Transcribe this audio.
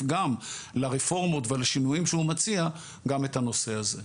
גם לרפורמות ולשינויים שהוא מציע גם את הנושא הזה.